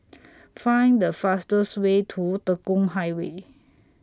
Find The fastest Way to Tekong Highway